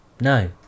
No